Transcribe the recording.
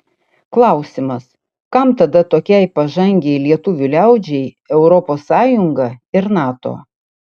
klausimas kam tada tokiai pažangiai lietuvių liaudžiai europos sąjunga ir nato